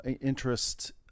interest